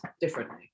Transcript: differently